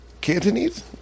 Cantonese